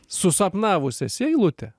susapnavus esi eilutę